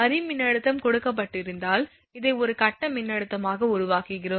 வரி மின்னழுத்தம் கொடுக்கப்பட்டிருந்தால் இதை ஒரு கட்ட மின்னழுத்தமாக உருவாக்குகிறோம்